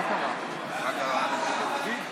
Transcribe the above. חברת הכנסת סלימאן, רוצה להשיב?